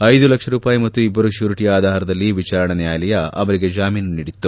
ಐದು ಲಕ್ಷ ರೂಪಾಯಿ ಮತ್ತು ಇಬ್ಲರು ಶ್ಲೂರಿಟಿಯ ಆಧಾರದಲ್ಲಿ ವಿಚಾರಣಾ ನ್ನಾಯಾಲಯ ಅವರಿಗೆ ಜಾಮೀನು ನೀಡಿತ್ತು